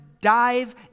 dive